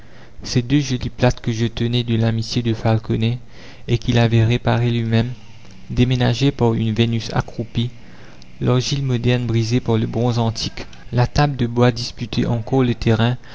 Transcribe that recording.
ces deux jolis plâtres que je tenais de l'amitié de falconet et qu'il avait réparés lui-même déménagés par une vénus accroupie l'argile moderne brisée par le bronze antique la table de bois disputait encore le terrain